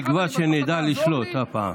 בתקווה שנדע לשלוט הפעם.